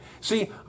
See